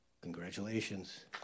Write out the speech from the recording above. Congratulations